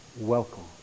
Welcome